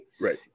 Right